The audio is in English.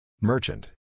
Merchant